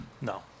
No